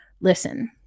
listen